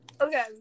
okay